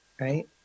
right